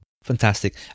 Fantastic